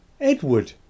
Edward